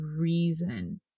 reason